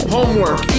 Homework